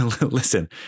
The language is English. listen